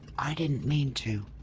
i didn't mean to.